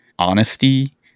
Honesty